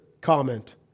comment